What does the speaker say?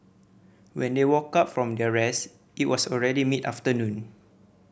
when they woke up from their rest it was already mid afternoon